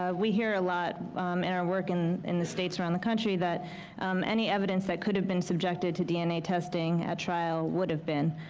we hear a lot in our work in in the states around the country that any evidence that could have been subjected to dna testing at trial would have been.